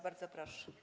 Bardzo proszę.